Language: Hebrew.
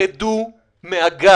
רדו מהגג.